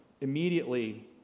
immediately